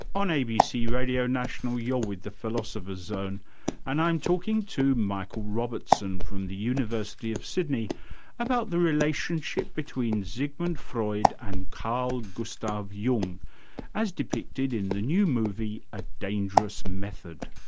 on abc radio national you're with the philosopher's zone and i'm talking to michael robertson from the university of sydney about the relationship between sigmund freud and carl gustav jung as depicted in the new movie a dangerous method.